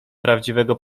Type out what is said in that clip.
prawdziwego